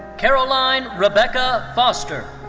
caroline rebecca foster.